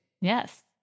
yes